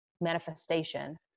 manifestation